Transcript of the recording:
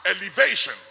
elevation